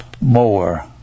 more